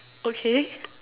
okay